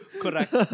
Correct